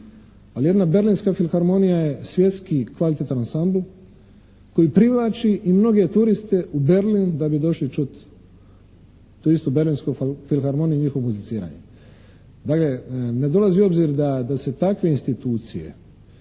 Ali jedna berlinska filharmonija je svjetski kvalitetan ansambl koji privlači i mnoge turiste u Berlin da bi došli čut tu istu berlinsku filharmoniju i njihovo muziciranje. Dalje, ne dolazi u obzir da se takve institucije